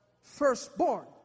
firstborn